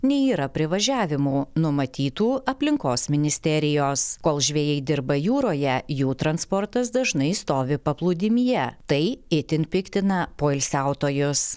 nei yra privažiavimų numatytų aplinkos ministerijos kol žvejai dirba jūroje jų transportas dažnai stovi paplūdimyje tai itin piktina poilsiautojus